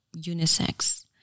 unisex